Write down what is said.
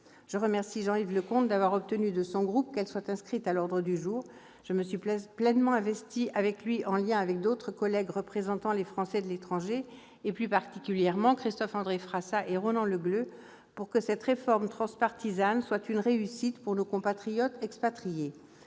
Je remercie Jean-Yves Leconte d'avoir obtenu de son groupe que la présente proposition de loi soit inscrite à l'ordre du jour. Je me suis pleinement investie avec lui, en lien avec d'autres collègues représentant les Français de l'étranger, plus particulièrement Christophe-André Frassa et Ronan Le Gleut, pour que cette réforme transpartisane soit une réussite pour nos compatriotes expatriés.